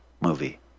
movie